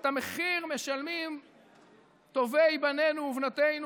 את המחיר משלמים טובי בנינו ובנותינו